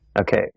Okay